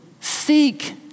seek